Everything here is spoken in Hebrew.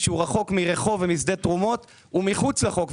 שהוא רחוק מרחוב ומשדה תרומות, נמצא מחוץ לחוק.